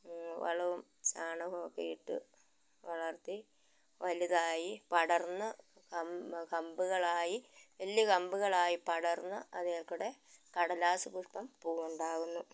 വളവും ചാണകവുമൊക്കെ ഇട്ട് വളർത്തി വലുതായി പടർന്ന് കമ്പ് കമ്പുകളായി വലിയ കമ്പുകളായി പടർന്ന് അതിൽ കൂടെ കടലാസ്സ് പുഷ്പം പൂവ് ഉണ്ടാവുന്നു